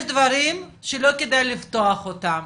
יש דברים שלא כדי לפתוח אותם,